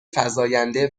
فزاینده